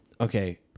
Okay